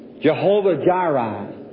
Jehovah-Jireh